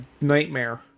nightmare